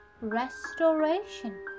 restoration